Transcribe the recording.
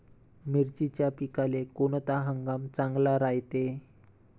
मिर्चीच्या पिकाले कोनता हंगाम चांगला रायते?